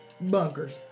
Bunkers